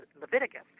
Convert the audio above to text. Leviticus